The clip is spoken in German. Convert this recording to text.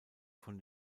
von